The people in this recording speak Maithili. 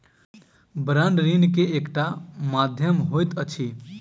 बांड ऋण के एकटा माध्यम होइत अछि